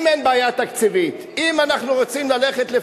אם אין בעיה תקציבית,